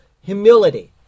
humility